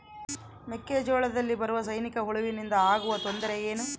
ಮೆಕ್ಕೆಜೋಳದಲ್ಲಿ ಬರುವ ಸೈನಿಕಹುಳುವಿನಿಂದ ಆಗುವ ತೊಂದರೆ ಏನು?